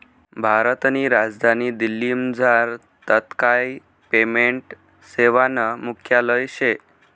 भारतनी राजधानी दिल्लीमझार तात्काय पेमेंट सेवानं मुख्यालय शे